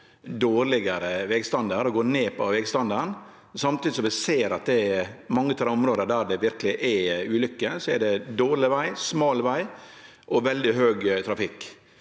dårlegare vegstandard, gå ned på vegstandarden, samtidig som vi ser at i mange av dei områda der det verkeleg er ulykker, er det dårleg veg, smal veg og veldig høg trafikk.